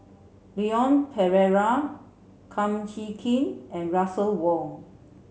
Leon Perera Kum Chee Kin and Russel Wong